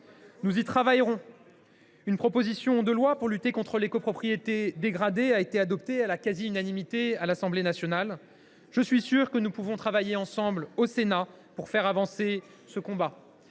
Nous y travaillerons. Une proposition de loi pour lutter contre les copropriétés dégradées a été adoptée à la quasi unanimité par l’Assemblée nationale. Je suis sûr que nous pourrons travailler ensemble au Sénat pour faire avancer ce combat.